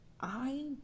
I